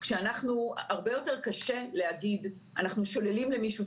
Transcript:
הרבה יותר קשה להגיד שאנחנו שוללים למישהו